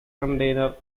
container